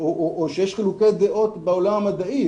או שיש חילוקי דעות בעולם המדעי.